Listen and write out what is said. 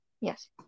yes